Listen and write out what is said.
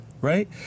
right